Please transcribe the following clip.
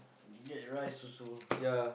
get rice also